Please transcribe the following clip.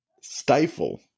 Stifle